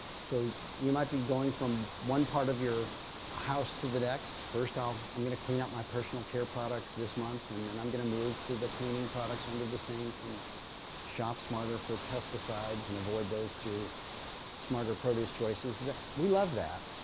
so you might be going from one part of your house to the next. first, um i'm going to clean up my personal care products this month and then i'm going to move to the cleaning products under the sink and shop smarter for pesticides and avoid those through smarter produce choices, we love that.